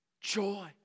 joy